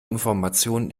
informationen